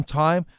time